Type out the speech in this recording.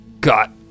got